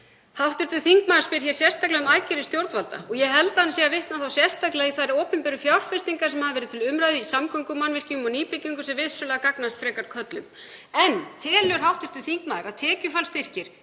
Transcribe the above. Hv. þingmaður spyr hér um aðgerðir stjórnvalda og ég held að hann sé að vitna sérstaklega í þær opinberu fjárfestingar sem hafa verið til umræðu í samgöngumannvirkjum og nýbyggingum sem vissulega gagnast frekar körlum. En telur hv. þingmaður að tekjufallsstyrkir,